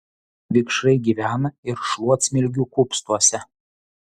vikšrai gyvena ir šluotsmilgių kupstuose